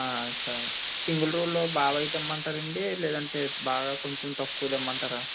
seven single rule బాగా white ఇమ్మంటారా అండి లేదంటే బాగా కొంచెం తక్కువది ఇమ్మంటారా